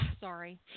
Sorry